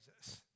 Jesus